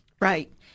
Right